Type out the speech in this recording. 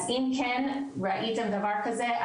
אז אם כן ראיתם דבר כזה,